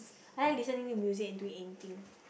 I like listening to music and do anything